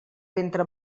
ventre